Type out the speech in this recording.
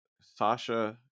Sasha